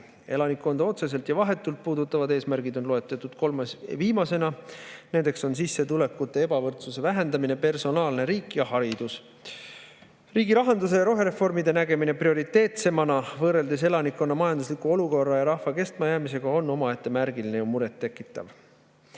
Elanikkonda otseselt ja vahetult puudutavad eesmärgid on loetletud viimasena, nendeks on sissetulekute ebavõrdsuse vähendamine, personaalne riik ja haridus. Riigirahanduse ja rohereformide nägemine prioriteetsemana kui elanikkonna majanduslik olukord ja rahva kestmajäämine on märgiline ja murettekitav. Arvestades